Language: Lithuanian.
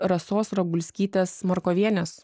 rasos ragulskytės markovienės